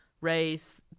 race